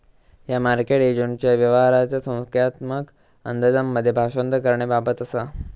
ह्या मार्केट एजंटच्या व्यवहाराचा संख्यात्मक अंदाजांमध्ये भाषांतर करण्याबाबत असा